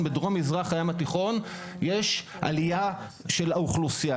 בדרום מזרח הים התיכון יש עלייה של האוכלוסייה.